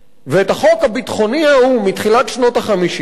את החוק הביטחוני ההוא, מתחילת שנות ה-50,